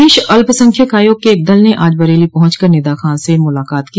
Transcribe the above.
प्रदेष अल्पसंख्यक आयोग के एक दल ने आज बरेली पहंच कर निदा खान से मुलाकात की